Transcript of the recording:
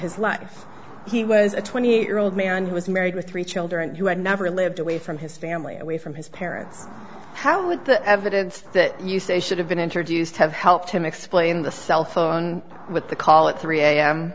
his life he was a twenty year old man who was married with three children who had never lived away from his family away from his parents how would the evidence that you say should have been introduced have helped him explain the cell phone with the call at three a